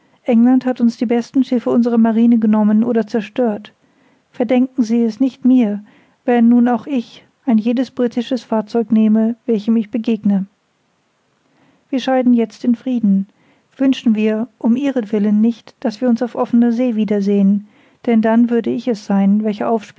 england hat uns die besten schiffe unserer marine genommen oder zerstört verdenken sie es nicht mir wenn nun auch ich ein jedes britische fahrzeug nehme welchem ich begegne wir scheiden jetzt in frieden wünschen wir um ihretwillen nicht daß wir uns auf offener see wiedersehen denn dann würde ich es sein welcher